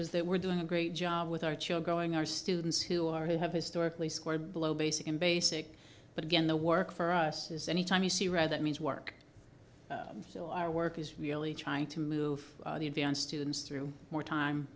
is that we're doing a great job with our child going our students who are who have historically score below basic in basic but again the work for us is any time you see rather it means work so our work is really trying to move on students through more time